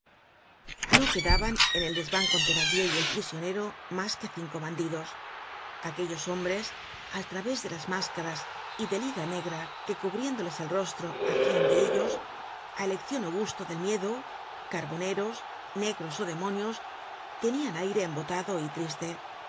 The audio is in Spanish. no quedaban en el desvan con thenardier y el prisionero mas que cinco bandidos aquellos hombres al través de las máscaras y de liga negra que cubriéndoles el rostro hacian de ellos á eleccion ó gusto del miedo carboneros negros ó demonios tenian aire embotado y triste